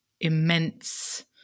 immense